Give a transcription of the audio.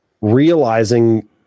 realizing